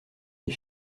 des